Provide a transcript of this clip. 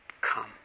Come